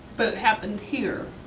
but it happened here?